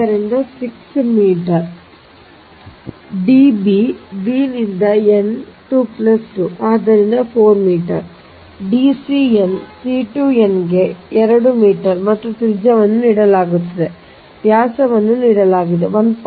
ಆದ್ದರಿಂದ 6 metre Db b ನಿಂದ n 2 2 ಆದ್ದರಿಂದ 4 ಮೀಟರ್ ಮತ್ತು D cn c2 n ಗೆ 2 ಮೀಟರ್ ಮತ್ತು ತ್ರಿಜ್ಯವನ್ನು ನೀಡಲಾಗುತ್ತದೆ ವ್ಯಾಸವನ್ನು ನೀಡಲಾಗಿದೆ 1